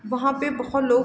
वहाँ पर बहुत लोग